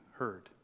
heard